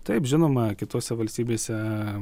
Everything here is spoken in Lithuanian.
taip žinoma kitose valstybėse